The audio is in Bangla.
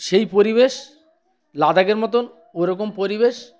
সেই পরিবেশ লাদাখের মতন ওরকম পরিবেশ